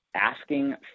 asking